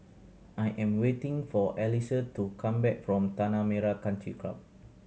I am waiting for Elisa to come back from Tanah Merah Country Club